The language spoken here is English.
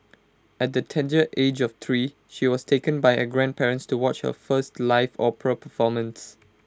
at the tender age of three she was taken by her grandparents to watch her first live opera performance